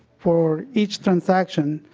for each transaction.